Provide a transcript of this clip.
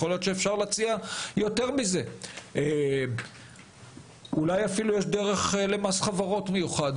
יכול להיות שאפשר להציע יותר מזה ואולי יש אפילו מקום למס חברות מיוחד,